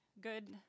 good